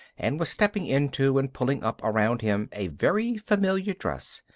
and was stepping into and pulling up around him a very familiar dress,